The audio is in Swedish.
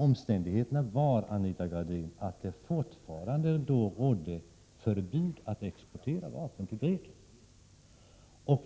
”Omständigheterna” var, Anita Gradin, att det då fortfarande rådde förbud att exportera vapen till Grekland.